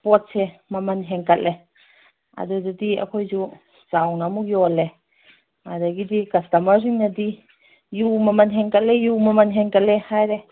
ꯄꯣꯠꯁꯦ ꯃꯃꯟ ꯍꯦꯟꯒꯠꯂꯦ ꯑꯗꯨꯗꯗꯤ ꯑꯩꯈꯣꯏꯁꯨ ꯆꯥꯎꯅ ꯑꯃꯨꯛ ꯌꯣꯜꯂꯦ ꯑꯗꯒꯤꯗꯤ ꯀꯁꯇꯃꯔꯁꯤꯡꯅꯗꯤ ꯌꯨ ꯃꯃꯟ ꯍꯦꯟꯒꯠꯂꯦ ꯌꯨ ꯃꯃꯟ ꯍꯦꯟꯒꯠꯂꯦ ꯍꯥꯏꯔꯦ